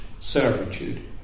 servitude